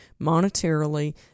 monetarily